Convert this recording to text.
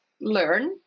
learn